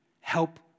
Help